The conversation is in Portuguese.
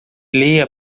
leia